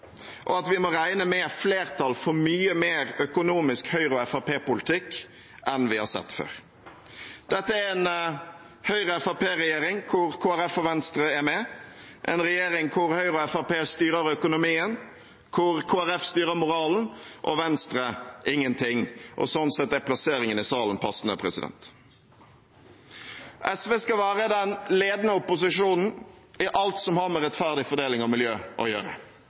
og at vi må regne med flertall for mye mer økonomisk Høyre- og Fremskrittsparti-politikk enn vi har sett før. Dette er en Høyre–Fremskrittsparti-regjering hvor Kristelig Folkeparti og Venstre er med, en regjering hvor Høyre og Fremskrittspartiet styrer økonomien, hvor Kristelig Folkeparti styrer moralen og Venstre ingenting. Sånn sett er plasseringen i salen passende. SV skal være den ledende opposisjonen i alt som har med rettferdig fordeling og miljø å gjøre.